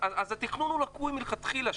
אז התכנון הוא לקוי מלכתחילה.